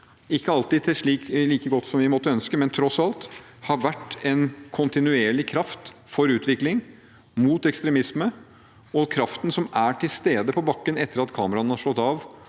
ikke alltid like godt som vi måtte ønske, men som tross alt har vært en kontinuerlig kraft for utvikling mot ekstremisme – og kraften som er til stede på bakken etter at kameraene er slått av